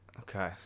Okay